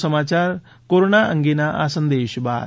વધુ સમાચાર કોરોના અંગેના આ સંદેશ બાદ